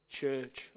church